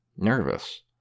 nervous